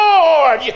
Lord